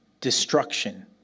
destruction